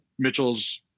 Mitchell's